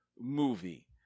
movie